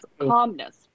calmness